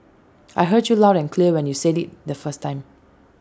I heard you loud and clear when you said IT the first time